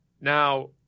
Now